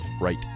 right